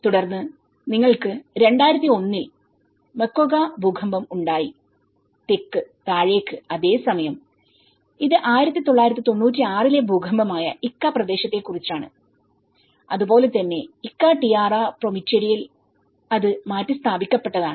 തുടർന്ന് നിങ്ങൾക്ക് 2001 ൽ മൊക്വെഗ്വ ഭൂകമ്പം ഉണ്ടായി തെക്ക് താഴേക്ക് അതേസമയം ഇത് 1996 ലെ ഭൂകമ്പമായ ഇക്ക പ്രദേശത്തെക്കുറിച്ചാണ് അതുപോലെ തന്നെ ഇക്കാ ടിയറ പ്രൊമെറ്റിഡയിൽ അത് മാറ്റിസ്ഥാപിക്കപ്പെട്ടതാണ്